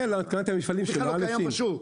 הוא בכלל לא קיים בשוק.